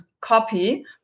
copy